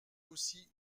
aussi